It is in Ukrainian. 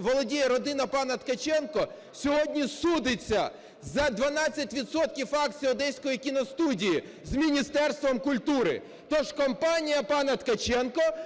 володіє родина пана Ткаченка, сьогодні судиться за 12 відсотків акцій Одеської кіностудії з Міністерством культури. Тож компанія пана Ткаченка